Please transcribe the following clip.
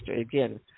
again